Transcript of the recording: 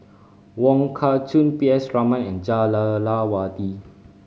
Wong Kah Chun P S Raman and Jah Lelawati